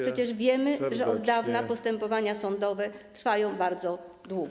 Przecież wiemy, że od dawna postępowania sądowe trwają bardzo długo.